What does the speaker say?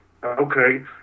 Okay